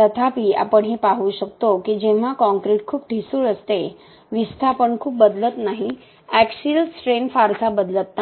तथापि आपण हे पाहू शकतो की जेव्हा कॉंक्रिट खूप ठिसूळ असते विस्थापन खूप बदलत नाही एक्सिल स्ट्रेन फारसा बदलत नाही